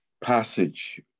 passage